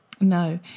no